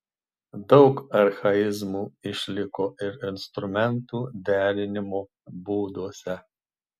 daug archaizmų išliko ir instrumentų derinimo būduose